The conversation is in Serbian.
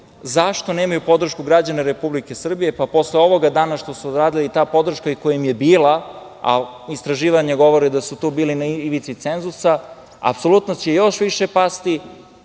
zašto nemaju podršku građana Republike Srbije? Posle ovoga danas što su uradili, ta podrška i koja im je bila, a istraživanja govore da su bili na ivici cenzusa, apsolutno će još više pasti,